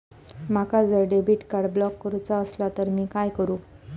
माका जर debit card block करूचा असला तर मी काय करू?